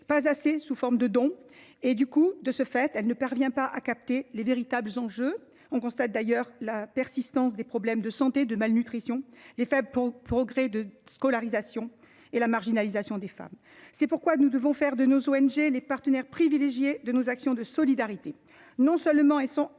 pas assez celle de dons. De ce fait, elle ne parvient pas à capter les véritables enjeux. On constate d’ailleurs la persistance des problèmes de santé et de malnutrition, les faibles progrès de la scolarisation ou de la lutte contre la marginalisation des femmes. C’est pourquoi nous devons faire de nos ONG les partenaires privilégiés de nos actions de solidarité : non seulement elles sont actrices,